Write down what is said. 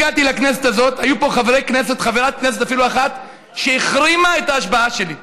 הזאת הייתה פה חברת כנסת אחת שהחרימה את ההשבעה שלי.